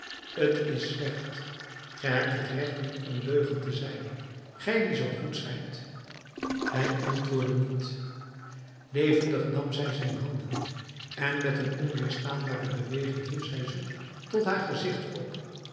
t is slecht ge hebt het recht niet ondeugend te zijn gij die zoo goed zijt hij antwoordde niet levendig nam zij zijn handen en met een onweerstaanbare beweging hief zij ze tot haar gezicht op